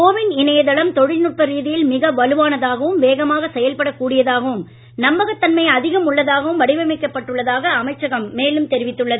கோ win இணையதளம் தொழில்நுட்ப ரீதியில் மிக வலுவானதாகவும் வேகமாக செயல்படக் கூடியதாகவும் நம்பகத்தன்மை அதிகம் உள்ளதாகவும் வடிவமைக்கப் பட்டுள்ளதாக அமைச்சகம் மேலும் தெரிவித்துள்ளது